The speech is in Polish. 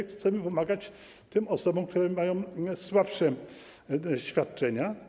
Chcemy pomagać tym osobom, które mają słabsze świadczenia.